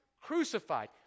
crucified